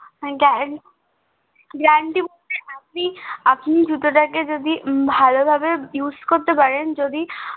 গ্যারান্ট guarantee বলতে আপনি আপনি জুতোটাকে যদি ভালোভাবে ইউস করতে পারেন যদি